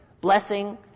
blessing